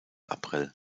april